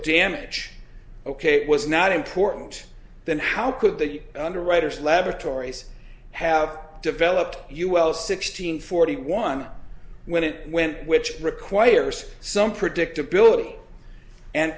damage ok it was not important then how could they under writers laboratories have developed you well six hundred forty one when it went which requires some predictability and